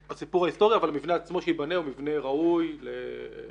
אבל המבנה עצמו שייבנה הוא מבנה ראוי לאשפוז